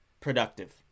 productive